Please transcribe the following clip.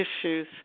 issues